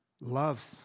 loves